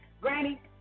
Granny